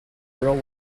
real